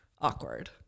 Awkward